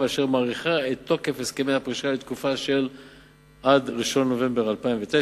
אשר מאריכה את תוקף הסכמי הפרישה לתקופה שעד 1 בנובמבר 2009,